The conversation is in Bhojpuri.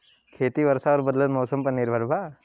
खेती वर्षा और बदलत मौसम पर निर्भर बा